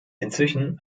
inzwischen